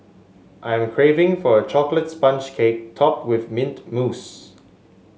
I am craving for a chocolate sponge cake topped with mint mousse